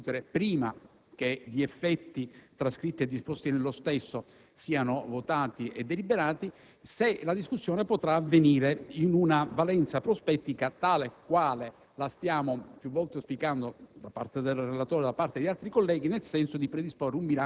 avrà maggior significato se, oltre a poter svolgere tale dibattito prima che gli effetti trascritti e disposti nello stesso siano votati e deliberati, la discussione potrà avvenire in una valenza prospettica tal quale la stanno più volte auspicando